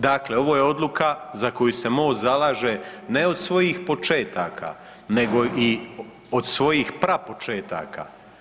Dakle, ovo je odluka za koju se MOST zalaže ne od svojih početaka, nego i od svojih prapočetaka.